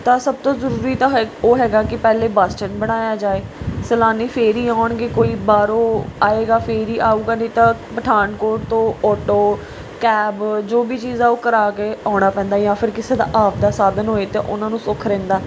ਤਾਂ ਸੱਭ ਤੋਂ ਜ਼ਰੂਰੀ ਤਾਂ ਹੈ ਉਹ ਹੈਗਾ ਕਿ ਪਹਿਲੇ ਬੱਸ ਸਟੈਂਡ ਬਣਾਇਆ ਜਾਵੇ ਸੈਲਾਨੀ ਫਿਰ ਹੀ ਆਉਣਗੇ ਕੋਈ ਬਾਹਰੋਂ ਆਏਗਾ ਫਿਰ ਹੀ ਆਊਗਾ ਨਹੀਂ ਤਾਂ ਪਠਾਨਕੋਟ ਤੋਂ ਓਟੋ ਕੈਬ ਜੋ ਵੀ ਚੀਜ਼ ਹੈ ਉਹ ਕਰਾ ਕੇ ਆਉਣਾ ਪੈਂਦਾ ਜਾਂ ਫਿਰ ਕਿਸੇ ਦਾ ਆਪਣਾ ਸਾਧਨ ਹੋਵੇ ਤਾਂ ਉਨ੍ਹਾਂ ਨੂੰ ਸੁੱਖ ਰਹਿੰਦਾ